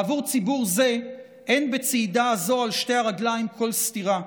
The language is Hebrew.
בעבור ציבור זה אין בצעידה הזאת על שתי הרגליים כל סתירה,